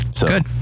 Good